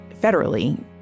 federally